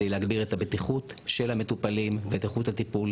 להגביר את הבטיחות של המטופלים ושל איכות הטיפול,